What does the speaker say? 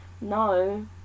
No